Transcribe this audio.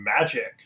magic